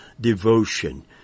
devotion